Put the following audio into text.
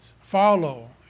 follow